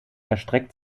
erstreckt